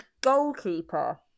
goalkeeper